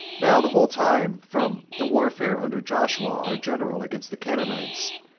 now the whole time from the warfare under joshua our general against the canaanites,